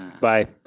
Bye